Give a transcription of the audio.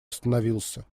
остановился